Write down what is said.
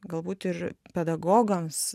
galbūt ir pedagogams